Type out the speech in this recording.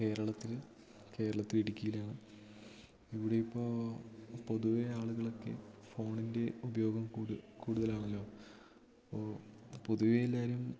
കേരളത്തിൽ കേരളത്തിൽ ഇടുക്കിയിലാണ് ഇവിടെ ഇപ്പോൾ പൊതുവെ ആളുകളൊക്കെ ഫോണിൻ്റെ ഉപയോഗം കൂടുതലാണല്ലോ അപ്പോൾ പൊതുവേ എല്ലാവരും